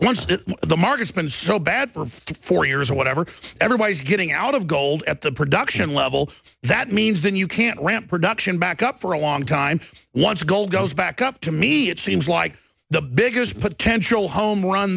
once the market's been so bad for four years or whatever everybody's getting out of gold at the production level that means that you can't ramp production back up for a long time once gold goes back up to me it seems like the biggest potential home run